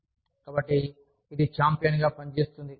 కాబట్టి ఇది ఛాంపియన్ గా పనిచేస్తుంది